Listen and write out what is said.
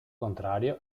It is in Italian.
contrario